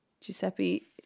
Giuseppe